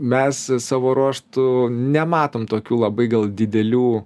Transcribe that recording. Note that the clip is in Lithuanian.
mes savo ruožtu nematom tokių labai gal didelių